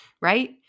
right